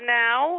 now